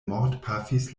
mortpafis